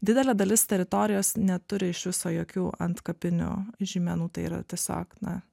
didelė dalis teritorijos neturi iš viso jokių antkapinių žymenų tai yra tiesiog na